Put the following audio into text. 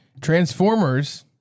Transformers